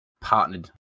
partnered